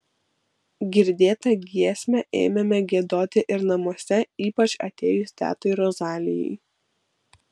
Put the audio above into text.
girdėtą giesmę ėmėme giedoti ir namuose ypač atėjus tetai rozalijai